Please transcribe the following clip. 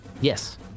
Yes